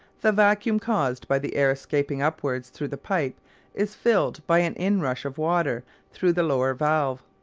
the vacuum caused by the air escaping upwards through the pipe is filled by an inrush of water through the lower valve.